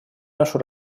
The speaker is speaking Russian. нашу